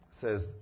says